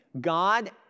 God